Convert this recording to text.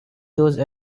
those